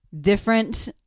different